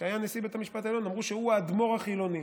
שהיה נשיא בית המשפט העליון, האדמו"ר החילוני.